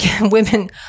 women